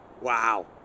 Wow